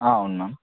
అవును మ్యామ్